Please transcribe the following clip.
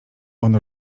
ono